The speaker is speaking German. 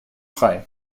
frei